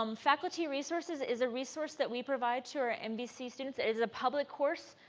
um faculty resources is a resource that we provide to our nvc students is a public course.